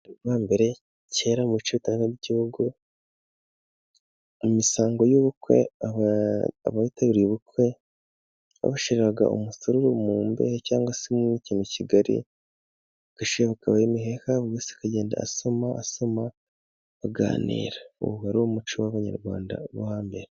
Mbere kera mu bice bitandukanye by'igihugu, mu misango y'ubukwe abitabiriye ubukwe, babashyiriraga umusuru mu mbehe cyangwa se mu kintu kigari, bagashima bakabaha imiheha buri wese akagenda asoma, asoma baganira buhoro ubwo wari umuco w'abanyarwanda wo hambere.